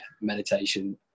meditation